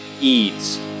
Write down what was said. Eads